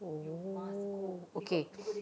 oo okay